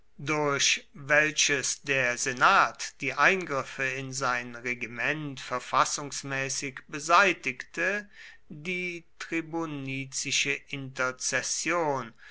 durch welches der senat die eingriffe in sein regiment verfassungsmäßig beseitigte die